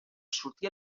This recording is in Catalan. sortir